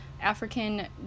African